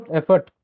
effort